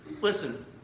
listen